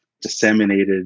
disseminated